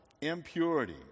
impurity